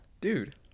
Dude